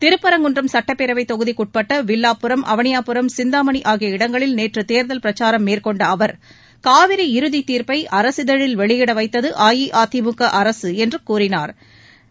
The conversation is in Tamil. திருப்பரங்குன்றம் சட்டப்பேரவைத் தொகுதிக்குட்பட்ட வில்லாப்புரம் அவனியாபுரம் சிந்தாமணி ஆகிய இடங்களில் நேற்று தேர்தல் பிரச்சாரம் மேற்கொண்ட அவர் காவிரி இறுதி தீர்ப்பை அரசிதழில் வெளியிட வைத்தது அஇஅதிமுக அரசு என்று கூறினாா்